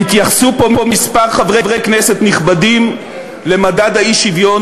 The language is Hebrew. התייחסו פה כמה חברי כנסת נכבדים למדד האי-שוויון,